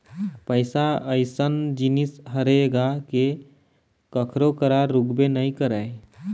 पइसा अइसन जिनिस हरे गा के कखरो करा रुकबे नइ करय